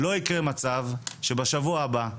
לא יקרה מצב שבשבוע הבא,